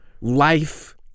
life